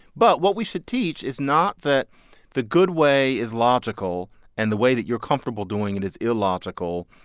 but what we should teach is not that the good way is logical and the way that you're comfortable doing it is illogical.